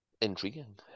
Intriguing